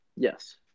Yes